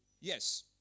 Yes